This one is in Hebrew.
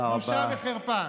בושה וחרפה.